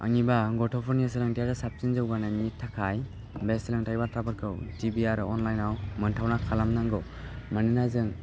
आंनिबा गथ'फोरनि सोलोंथाइयारि साबसिन जौगाथाइनि थाखाय बे सोलोंथाइ बाथ्राफोरखौ टिभि आरो अनलाइनआव मोनथावना खालामनांगौ मानोना जों